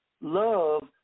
Love